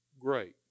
great